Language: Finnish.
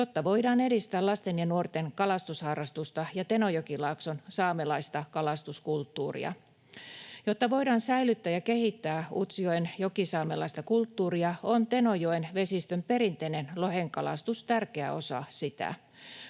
jotta voidaan edistää lasten ja nuorten kalastusharrastusta ja Tenojokilaakson saamelaista kalastuskulttuuria. Jotta voidaan säilyttää ja kehittää Utsjoen jokisaamelaista kulttuuria, on Tenojoen vesistön perinteinen lohenkalastus tärkeä osa sitä.